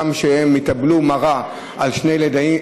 הגם שהם התאבלו מרה על שני הילדים,